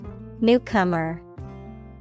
newcomer